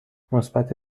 مثبت